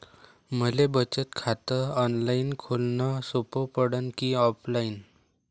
मले बचत खात ऑनलाईन खोलन सोपं पडन की ऑफलाईन?